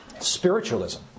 spiritualism